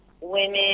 women